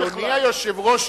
אדוני היושב-ראש,